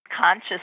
conscious